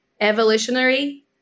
evolutionary